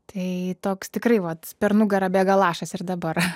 tai toks tikrai vat per nugarą bėga lašas ir dabar